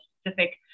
specific